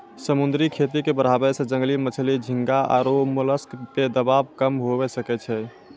समुद्री खेती के बढ़ाबै से जंगली मछली, झींगा आरु मोलस्क पे दबाब कम हुये सकै छै